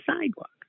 sidewalk